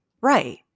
right